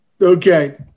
Okay